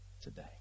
today